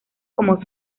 como